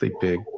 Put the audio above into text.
big